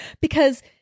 because-